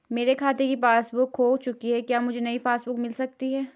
मेरे खाते की पासबुक बुक खो चुकी है क्या मुझे नयी पासबुक बुक मिल सकती है?